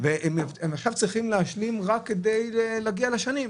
עכשיו הן צריכות להשלים רק כדי להגיע לשנים.